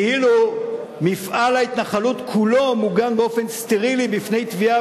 כאילו מפעל ההתנחלות כולו מוגן באופן סטרילי בפני תביעה